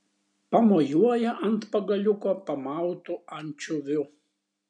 pamojuoja ant pagaliuko pamautu ančiuviu